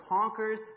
conquers